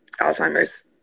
alzheimer's